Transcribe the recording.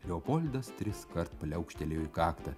leopoldas triskart pliaukštelėjo į kaktą